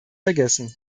vergessen